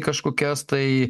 kažkokias tai